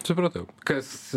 supratau kas